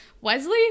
Wesley